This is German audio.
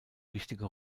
wichtige